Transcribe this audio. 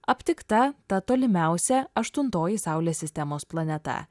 aptikta ta tolimiausia aštuntoji saulės sistemos planeta